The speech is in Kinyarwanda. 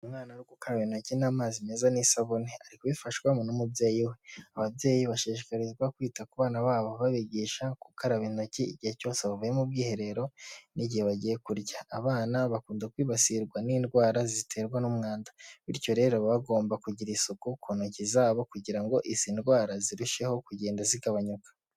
Ni amazi meza n'isabune arifashwamo n'umubyeyi we ababyeyi bashishikarizwa kwita ku bana babo babigisha gukaraba intoki igihe cyose bavuyemo ubwiherero n'igihe bagiye kurya abana bakunda kwibasirwa n'indwara ziterwa n'umwanda bityo rero bagomba kugira isuku ku ntoki zabo kugira ngo izi ndwara zirusheho kugenda zigabanyuka.